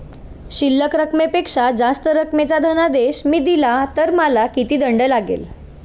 शिल्लक रकमेपेक्षा जास्त रकमेचा धनादेश मी दिला तर मला किती दंड लागेल?